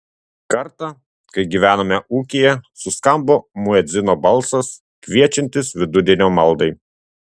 kartą kai gyvenome ūkyje suskambo muedzino balsas kviečiantis vidudienio maldai